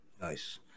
Nice